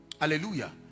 Hallelujah